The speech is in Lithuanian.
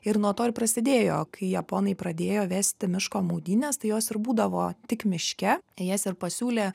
ir nuo to ir prasidėjo kai japonai pradėjo vesti miško maudynes tai jos ir būdavo tik miške tai jas ir pasiūlė